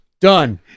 Done